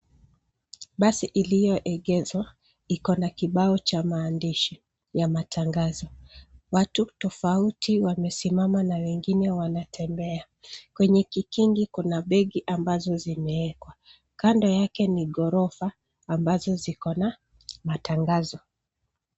Basi ilioegeshwa ina kibao cha maandishi ya matangazo watu tofauti wamesimama na wengine wanatembea kwenye kikingi kuna begi ambazo zimeekwa kando yake ni gorofa ambazo zikona matangazo.